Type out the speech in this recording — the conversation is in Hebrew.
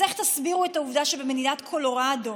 אז איך תסבירו את העובדה שבמדינת קולורדו